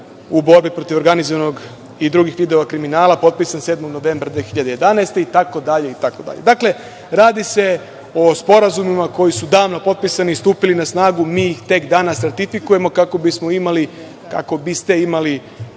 u borbi protiv organizovanog i drugih vidova kriminala, potpisan 7. novembra 2011. godine itd. Radi se o sporazumima koji su davno potpisani i stupili na snagu. Mi ih tek danas ratifikujemo, kako biste imali